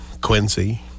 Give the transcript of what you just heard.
Quincy